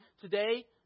today